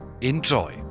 Enjoy